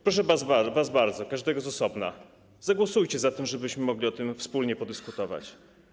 Proszę was bardzo, każdego z osobna, zagłosujcie za tym, żebyśmy mogli o tym wspólnie podyskutować.